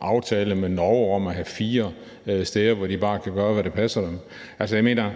aftale med Norge om at have fire steder, hvor de bare kan gøre, hvad der passer dem. Altså, jeg mener, at